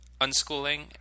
unschooling